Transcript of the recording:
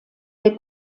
der